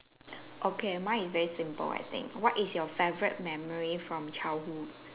okay mine is very simple I think what is your favorite memory from childhood